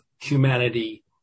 humanity